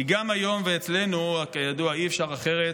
כי גם היום, ואצלנו כידוע אי-אפשר אחרת,